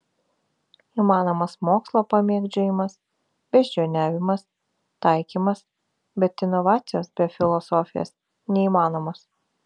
įmanomas mokslo pamėgdžiojimas beždžioniavimas taikymas bet inovacijos be filosofijos neįmanomos